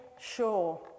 sure